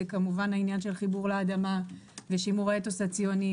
זה כמובן העניין של חיבור לאדמה ושימור האתוס הציוני,